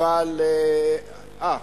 אה,